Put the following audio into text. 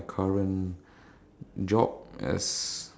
into it more like as in not not really it's just that